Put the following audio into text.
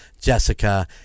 Jessica